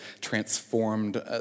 transformed